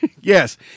Yes